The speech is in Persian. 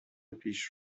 پیش